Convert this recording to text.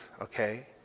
okay